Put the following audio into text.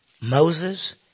Moses